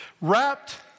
Wrapped